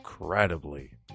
Incredibly